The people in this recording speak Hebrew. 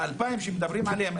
ה-2,000 שמדברים עליהם,